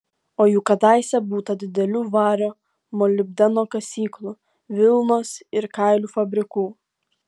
o juk kadaise būta didelių vario molibdeno kasyklų vilnos ir kailių fabrikų